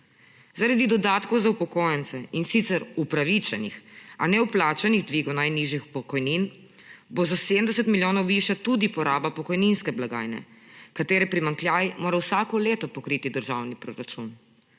Zaradi dodatkov za upokojence, in sicer upravičenih, a nevplačanih dvigov najnižjih pokojnin, bo za 70 milijonov višja tudi poraba pokojninske blagajne, katera primanjkljaj mora vsako leto pokriti državni proračun.